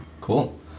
Cool